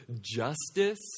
justice